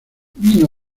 vino